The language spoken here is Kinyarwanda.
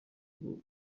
bwo